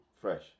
fresh